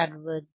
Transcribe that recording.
60